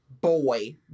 boy